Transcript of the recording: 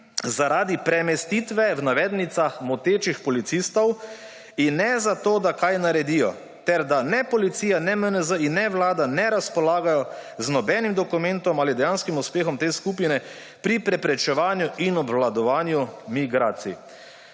zaradi premestitve, v navednicah, motečih policistov; in ne zato, da kaj naredijo. Ter da ne policija, ne MNZ in ne Vlada ne razpolagajo z nobenim dokumentom ali dejanskim uspehom te skupine pri preprečevanju in obvladovanju migracij.